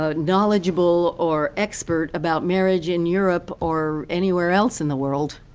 ah knowledgeable or expert about marriage in europe or anywhere else in the world.